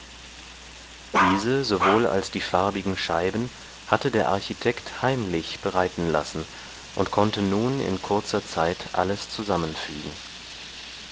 diese sowohl als die farbigen scheiben hatte der architekt heimlich bereiten lassen und konnte nun in kurzer zeit alles zusammenfügen